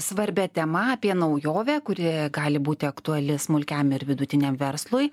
svarbia tema apie naujovę kuri gali būti aktuali smulkiam ir vidutiniam verslui